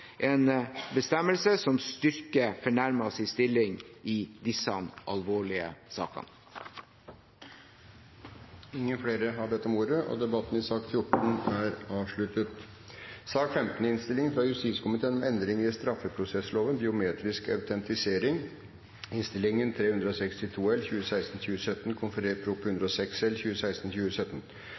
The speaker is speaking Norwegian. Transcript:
en bestemmelse som styrker fornærmedes stilling i disse alvorlige sakene. Flere har ikke bedt om ordet til sak nr. 14. Etter ønske fra justiskomiteen